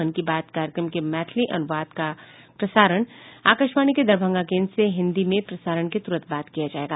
मन की बात कार्यक्रम के मैथिली अनुवाद का प्रसारण आकाशवाणी के दरभंगा केन्द्र से हिन्दी में प्रसारण के तुरंत बाद किया जायेगा